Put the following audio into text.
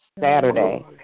Saturday